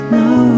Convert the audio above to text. no